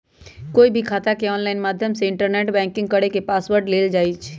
कोई भी खाता के ऑनलाइन माध्यम से इन्टरनेट बैंकिंग करके पासवर्ड लेल जाई छई